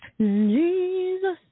Jesus